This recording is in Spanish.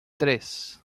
tres